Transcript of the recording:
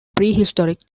prehistoric